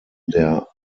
der